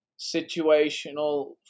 situational